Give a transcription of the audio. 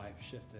shifted